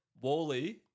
Wally